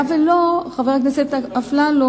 היה ולא, חבר הכנסת אפללו,